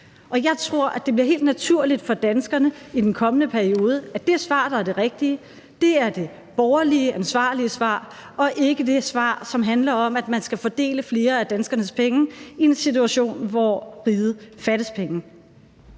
Jeg tror, at det kommer helt naturligt til danskerne i den kommende periode, at det svar, der er det rigtige, er det borgerlige, ansvarlige svar og ikke det svar, som handler om, at man skal fordele flere af danskernes penge i en situation, hvor riget fattes penge.